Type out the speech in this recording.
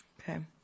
Okay